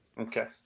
Okay